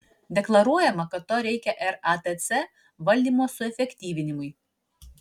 deklaruojama kad to reikia ratc valdymo suefektyvinimui